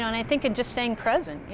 i think and just staying present.